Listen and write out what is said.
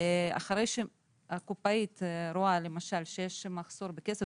אחרי שהקופאית רואה למשל שיש מחסור בכסף,